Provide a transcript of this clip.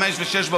05:00 ו-06:00,